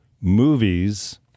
movies